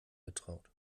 getraut